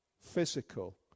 physical